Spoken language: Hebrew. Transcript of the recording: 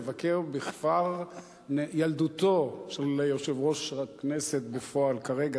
לבקר בכפר ילדותו של יושב-ראש הכנסת בפועל כרגע,